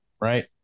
right